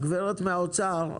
נציגת האוצר,